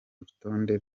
rutonde